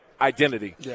identity